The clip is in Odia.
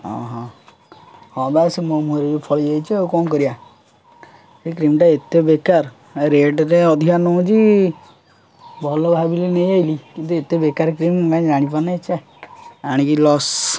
ଅଁ ହଁ ହଁ ବା ସେ ମୋ ମୁହଁରେ ବି ଫଳି ଯାଇଛି ଆଉ କ'ଣ କରିବା ଏ କ୍ରିମ୍ଟା ଏତେ ବେକାର ରେଟ୍ ଯେ ଅଧିକା ନଉଛି ଭଲ ଭାବିଲି ନେଇଆସିଲି କିନ୍ତୁ ଏତେ ବେକାର କ୍ରିମ୍ କାଇଁ ଜାଣିପାରୁ ନି ଛେ ଆଣିକି ଲସ୍